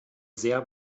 sehr